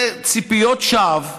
זה ציפיות שווא,